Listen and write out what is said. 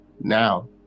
now